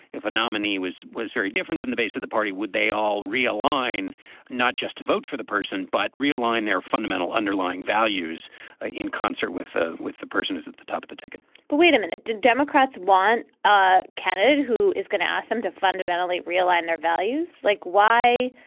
if a nominee was was very different than the base of the party, would they all realign not just to vote for the person, but realign their fundamental underlying values ah in concert with ah with the person is at the top of the ticket but wait a minute. did democrats want a candidate who is going to ask them to fundamentally realign their values? like why?